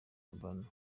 abana